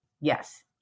Yes